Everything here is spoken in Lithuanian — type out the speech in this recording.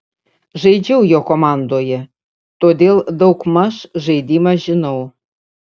žaidžiau jo komandoje todėl daug maž žaidimą žinau